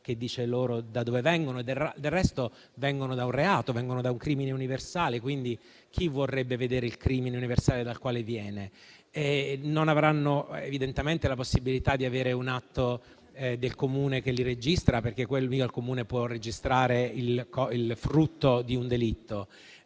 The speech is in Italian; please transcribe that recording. che dice loro da dove vengono. Del resto, vengono da un reato, da un crimine universale, quindi chi vorrebbe vedere il crimine universale dal quale viene? Evidentemente non avranno la possibilità di avere un atto del Comune che li registra, perché mica il Comune può registrare il frutto di un delitto;